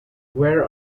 where